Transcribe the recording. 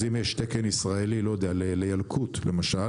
אז אם יש תקן ישראלי לילקוט למשל